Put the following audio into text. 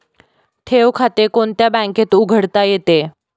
ठेव खाते कोणत्या बँकेत उघडता येते?